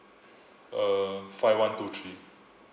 uh five one two three